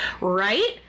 right